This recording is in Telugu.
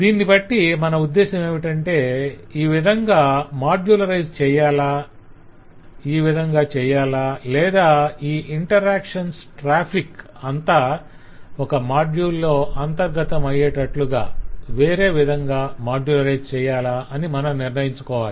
దీన్ని బట్టి మన ఉద్దేశమేమిటంటే ఈ విధంగా మాడ్యులరైజ్ చేయాలా ఈ విధంగా చేయాలా లేదా ఈ ఇంటరాక్షన్స్ ట్రాఫిక్ అంతా ఒక మాడ్యూల్ లో అంతర్గతమయ్యేటట్లుగా వేరే విధంగా మాడ్యులరైజ్ చేయాలా అని మనం నిర్ణయించుకోవాలి